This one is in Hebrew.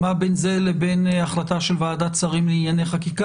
מה בין זה לבין ההחלטה של ועדת שרים לענייני חקיקה